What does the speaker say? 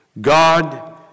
God